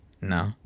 No